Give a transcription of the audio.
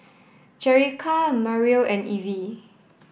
Jerica Mariel and Evie